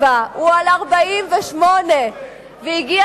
67', הוא על 48'. ביבי שלך הסכים לזה.